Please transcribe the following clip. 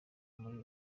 muri